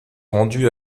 rendu